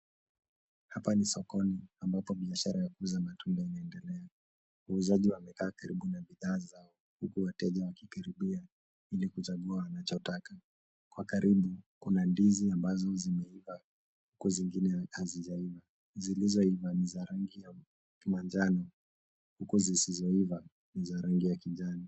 Hapa ni sokoni ambapo biashara ya kuuza matunda inaendelea. Wauzaji wamekaa karibu na bidhaa zao huku wateja wakikaribia ili kuchagua wanachotaka. Kwa karibu kuna ndizi ambazo zimeiva huku zingine hazijaiva. Zilizoiva ni za rangi ya manjano huku zisizoiva ni za rangi ya kijani.